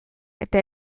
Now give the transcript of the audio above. eta